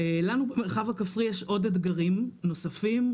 לנו במרחב הכפרי יש אתגרים נוספים.